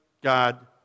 God